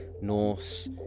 Norse